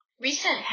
Recent